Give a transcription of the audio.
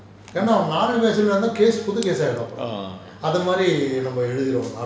orh